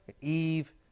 Eve